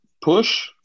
Push